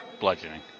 Bludgeoning